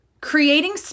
Creating